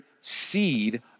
seed